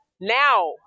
Now